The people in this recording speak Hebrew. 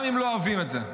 גם אם לא אוהבים את זה.